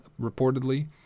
reportedly